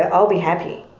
ah i'll be happy.